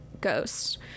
ghosts